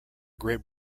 great